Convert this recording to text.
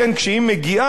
כשהיא מגיעה,